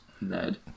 Ned